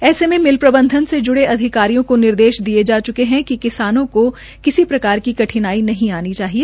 ऐसे में मिल प्रबंधन से जुडे अधिकारियों को निर्देश दिये जा चुके है कि किसानों को किसीप्रकार की कठनाई नहीं जानी चाहिए